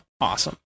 awesome